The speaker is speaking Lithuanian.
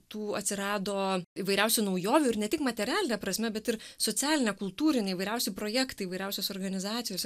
tų atsirado įvairiausių naujovių ir ne tik materialine prasme bet ir socialine kultūrine įvairiausi projektai įvairiausios organizacijos